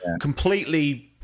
completely